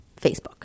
Facebook